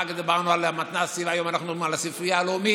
אחרי זה דיברנו על המתנ"סים והיום אנחנו מדברים על הספרייה הלאומית.